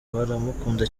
baramukunda